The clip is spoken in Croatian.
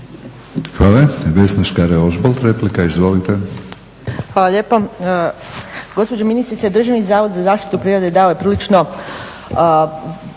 Hvala.